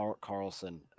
Carlson